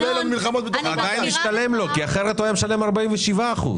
זה עדיין משתלם לו כי אחרת הוא היה משלם 47 אחוזים.